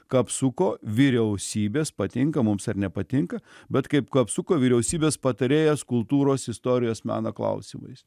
kapsuko vyriausybės patinka mums ar nepatinka bet kaip kapsuko vyriausybės patarėjas kultūros istorijos meno klausimais